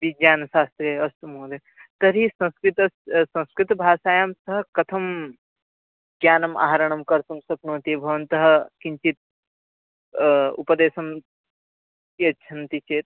विज्ञानशास्त्रे अस्तु महोदयः तर्हि संस्कृतम् संस्कृतभाषायां सः कथं ज्ञानम् आहरणं कर्तुं शक्नोति भवन्तः किञ्चित् उपदेशं यच्छन्ति चेत्